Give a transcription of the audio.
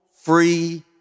free